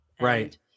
Right